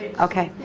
okay.